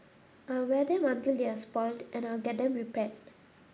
I'll wear them until they're spoilt and I'll get them repaired